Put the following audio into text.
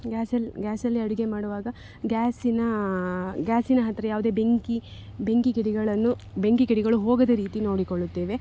ಗ್ಯಾಸಲ್ಲಿ ಗ್ಯಾಸಲ್ಲಿ ಅಡುಗೆ ಮಾಡುವಾಗ ಗ್ಯಾಸಿನ ಗ್ಯಾಸಿನ ಹತ್ತಿರ ಯಾವುದೇ ಬೆಂಕಿ ಬೆಂಕಿ ಕಿಡಿಗಳನ್ನು ಬೆಂಕಿ ಕಿಡಿಗಳು ಹೋಗದ ರೀತಿ ನೋಡಿಕೊಳ್ಳುತ್ತೇವೆ